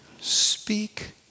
speak